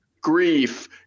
grief